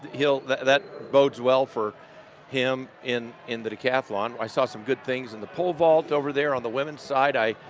he'll that bodes well for him in in the decathlon. i saw some good things in the pole vault over there on the women's side. i